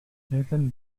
nathan